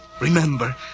Remember